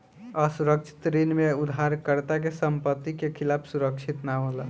असुरक्षित ऋण में उधारकर्ता के संपत्ति के खिलाफ सुरक्षित ना होला